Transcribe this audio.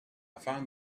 found